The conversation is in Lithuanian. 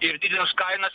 ir kainas